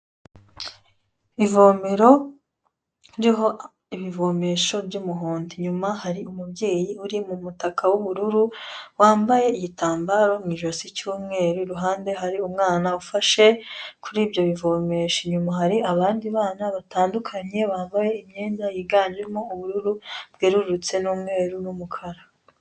Ivomero ririho ibivomesho by'umuhondo, inyuma hari umubyeyi uri mu mutaka w'ubururu, wambaye igitambaro mu ijosi cy'umweru, iruhande hari umwana ufashe kuri ibyo bivomesho, inyuma hari abandi bana batandukanye bambaye imyenda yiganjemo ubururu bwererutse n'umweru n'umukara.